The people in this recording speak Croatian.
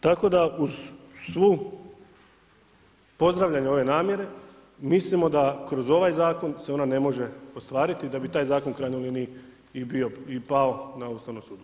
Tako da uz svu, pozdravljanju ove namjere, mislimo da kroz ovaj zakon se ona ne može ostvariti da bi taj zakon u krajnjoj liniji i pao na Ustavnom sudu.